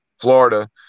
Florida